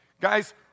Guys